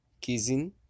kissing